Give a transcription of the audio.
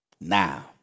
Now